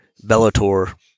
Bellator